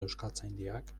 euskaltzaindiak